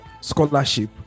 scholarship